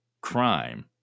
crime